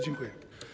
Dziękuję.